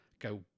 go